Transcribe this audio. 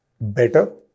better